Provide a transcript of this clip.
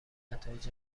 نتایج